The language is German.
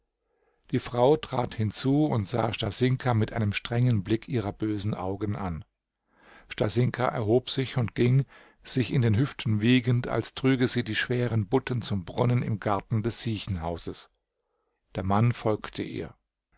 die frau trat hinzu und sah stasinka mit einem strengen blick ihrer bösen augen an stasinka erhob sich und ging sich in den hüften wiegend als trüge sie die schweren butten zum brunnen im garten des siechenhauses der mann folgte ihr